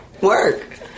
Work